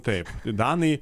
taip danai